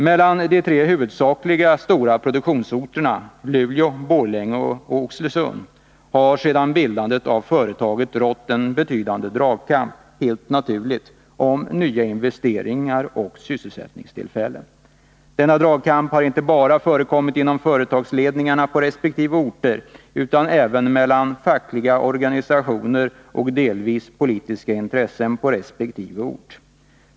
Mellan de tre huvudsakliga stora produktionsorterna Luleå, Borlänge och Oxelösund har sedan bildandet av företaget rått, helt naturligt, en betydande dragkamp om nya investeringar och sysselsättningstillfällen. Denna dragkamp har inte bara förekommit inom företagsledningarna på resp. orter. Det har delvis också varit en dragkamp mellan fackliga organisationer och politiska intressen på resp. orter.